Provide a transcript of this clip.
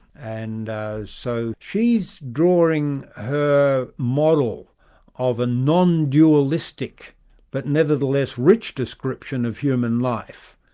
and so she's drawing her model of a non-dualistic but nevertheless rich description of human life,